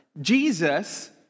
Jesus